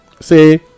say